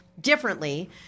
differently